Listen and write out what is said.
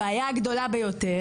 הבעיה הגדולה ביותר,